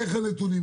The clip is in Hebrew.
איך הנתונים,